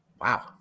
Wow